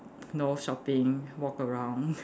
know shopping walk around